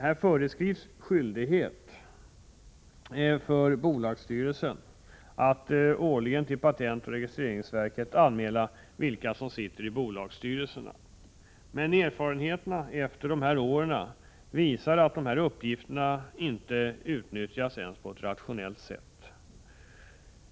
Där föreskrivs skyldighet för bolagsstyrelse att årligen till patentoch registreringsverket anmäla vilka som sitter i bolagsstyrelsen. Erfarenheterna efter dessa år visar att dessa uppgifter inte ens utnyttjas på rationellt sätt.